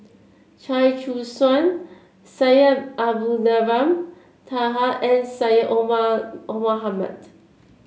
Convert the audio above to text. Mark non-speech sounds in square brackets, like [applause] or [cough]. Chia Choo Suan Syed Abdulrahman Taha and Syed Omar [unintelligible] Mohamed